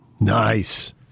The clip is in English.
Nice